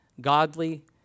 godly